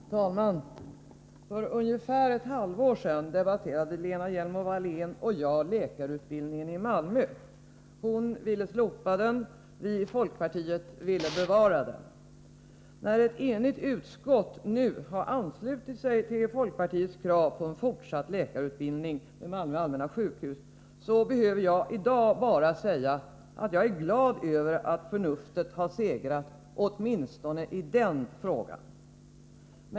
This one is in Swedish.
Herr talman! För ungefär ett halvår sedan debatterade Lena Hjelm Wallén och jag läkarutbildningen i Malmö. Hon ville slopa den. Vi i folkpartiet ville bevara den. Ett enigt utskott har anslutit sig till folkpartiets krav på en fortsatt läkarutbildning vid Malmö Allmänna sjukhus. Därför behöver jag i dag bara säga att jag är glad över att förnuftet har segrat, åtminstone i denna fråga.